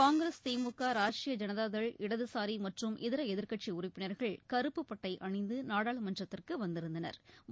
காங்கிரஸ் திமுக ராஷ்ட்ரீய ஜனதாதள் இடதுசாரி மற்றும் இதர எதிர்க்கட்சி உறுப்பினர்கள் கருப்பு பட்டை அணிந்து நாடாளுமன்றத்திற்கு வந்திருந்தனா்